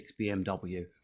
BMW